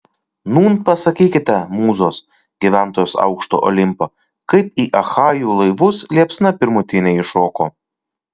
nūn pasakykite mūzos gyventojos aukšto olimpo kaip į achajų laivus liepsna pirmutinė įšoko